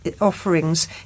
offerings